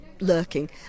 lurking